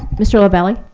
mr. lavalley.